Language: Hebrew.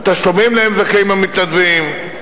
התשלומים שלהם זכאים המתנדבים,